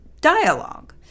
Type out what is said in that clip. dialogue